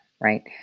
right